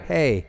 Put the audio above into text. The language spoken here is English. Hey